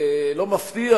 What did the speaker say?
לא מפתיע,